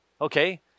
okay